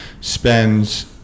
spends